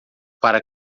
para